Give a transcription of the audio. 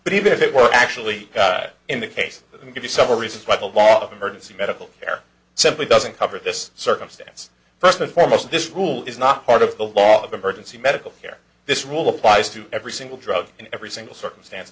but even if it were actually in the case give you several reasons why the law of emergency medical care simply doesn't cover this circumstance first and foremost this rule is not part of the law of emergency medical care this rule applies to every single drug in every single circumstance